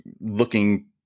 looking